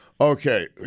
Okay